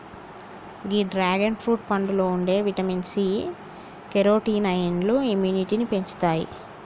గీ dragon fruit పండులో ఉండే vitamin C, కెరోటినాయిడ్లు ఇమ్యునిటీని పెంచుతాయి